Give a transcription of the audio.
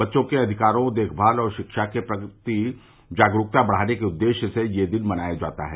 बच्चों के अधिकारों देखमाल और शिक्षा के प्रति जागरूकता बढ़ाने के उद्देश्य से यह दिन मनाया जाता है